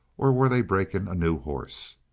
or were they breaking a new horse?